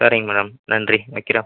சரிங்க மேடம் நன்றி வைக்கிறேன்